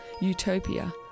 utopia